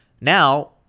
Now